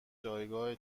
جایگاه